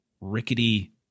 rickety